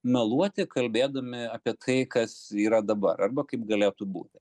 meluoti kalbėdami apie tai kas yra dabar arba kaip galėtų būti